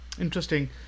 interesting